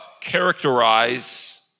characterize